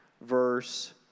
verse